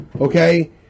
okay